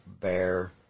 bear